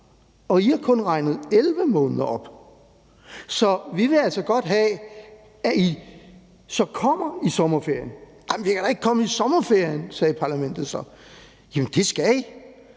og I har kun regnet 11 måneder op, så vi vil altså godt have, at I så kommer i sommerferien. Vi kan da ikke komme i sommerferien! sagde parlamentet så. Jo, det skal I,